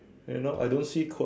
you know I don't see quirk